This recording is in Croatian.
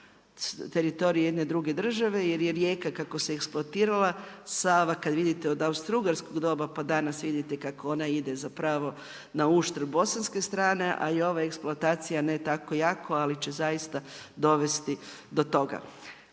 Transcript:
teritorija jedne druge države, jer je rijeka kako se eksploatirala, Sava kad vidite od austrougarskog doba, pa danas vidite kako ona ide zapravo na uštrb bosanske strane a ova eksploatacija ne tako jako, ali će zaista dovesti do toga.